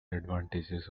advantages